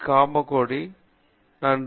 காமகோடி நன்றி